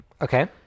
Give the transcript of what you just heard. okay